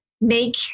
make